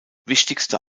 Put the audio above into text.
wichtigste